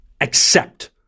accept